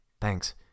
Thanks